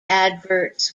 adverts